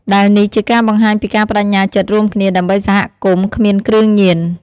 ដែលនេះជាការបង្ហាញពីការប្តេជ្ញាចិត្តរួមគ្នា ដើម្បីសហគមន៍គ្មានគ្រឿងញៀន។